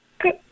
Good